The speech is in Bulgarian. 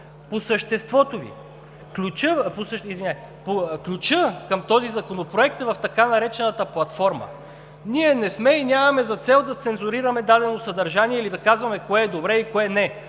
страни. Ключът към този законопроект е в така наречената „платформа“. Ние нямаме за цел да цензурираме дадено съдържание, да казваме кое е добре и кое – не.